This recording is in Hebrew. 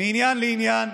מעניין לעניין